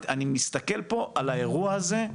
אני מסתכל פה על האירוע הזה,